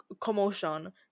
commotion